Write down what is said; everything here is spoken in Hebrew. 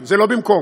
זה לא במקום.